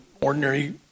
ordinary